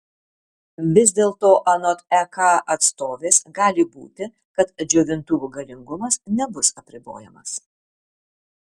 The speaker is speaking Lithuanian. vis dėlto anot ek atstovės gali būti kad džiovintuvų galingumas nebus apribojamas